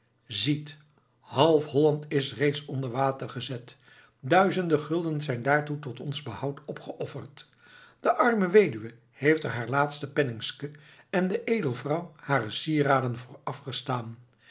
ziet half holland is reeds onder water gezet duizenden guldens zijn daartoe tot ons behoud opgeofferd de arme weduwe heeft er haar laatste penningske en de edelvrouw hare sieraden voor afgestaan